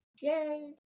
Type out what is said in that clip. Yay